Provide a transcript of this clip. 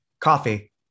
coffee